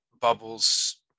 bubbles